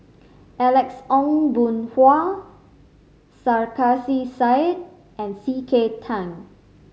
Alex Ong Boon Hau Sarkasi Said and C K Tang